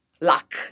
luck